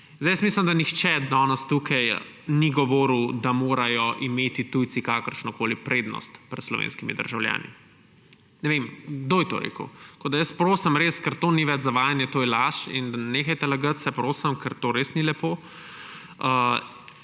Mislim, da nihče danes tukaj ni govoril, da morajo imeti tujci kakršnokoli prednost pred slovenskimi državljani. Ne vem – kdo je to rekel? Tako res prosim, ker to ni več zavajanje, to je laž in nehajte lagati, prosim, ker to res ni lepo.